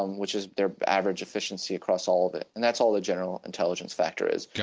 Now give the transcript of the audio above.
um which is their average efficiency across all the, and that's all the general intelligence factor is.